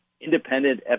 independent